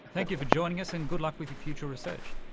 thank you for joining us and good luck with your future research.